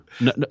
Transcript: no